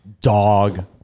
dog